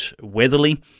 Weatherly